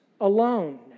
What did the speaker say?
alone